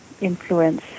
influence